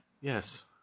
Yes